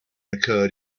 occurred